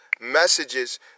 messages